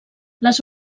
les